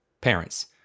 Parents